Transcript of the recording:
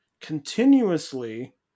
continuously